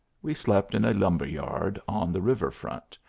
we slept in a lumber-yard on the river-front,